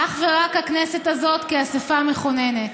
אך ורק הכנסת הזאת, כאספה מכוננת.